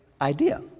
idea